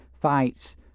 fights